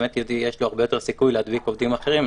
באמת יש לו הרבה יותר סיכוי להדביק עובדים אחרים,